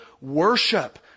worship